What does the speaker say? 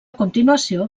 continuació